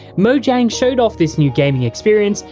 mojang showed off this new gaming experience,